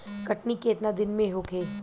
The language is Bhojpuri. कटनी केतना दिन में होखे?